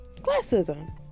Classism